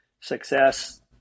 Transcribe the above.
success